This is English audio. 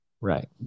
Right